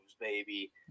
baby